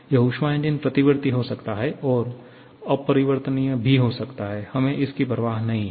यह ऊष्मा इंजन प्रतिवर्ती हो सकता है और अपरिवर्तनीय भी हो सकता है हमें इसकी परवाह नहीं है